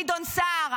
גדעון סער,